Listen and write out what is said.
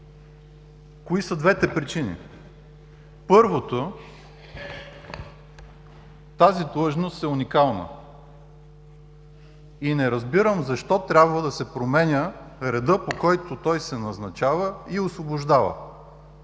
Кои са двете причини? Първото, тази длъжност е уникална и не разбирам защо трябва да се променя редът, по който той се назначава и освобождава?